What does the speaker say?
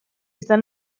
estan